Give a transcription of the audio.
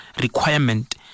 requirement